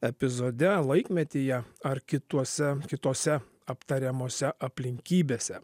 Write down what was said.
epizode laikmetyje ar kituose kitose aptariamose aplinkybėse